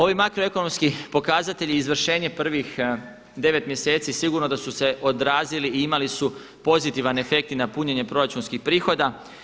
Ovi makroekonomski pokazatelji izvršenje prvih 9 mjeseci sigurno da su se odrazili i imali su pozitivan afekt i na punjenje proračunskih prihoda.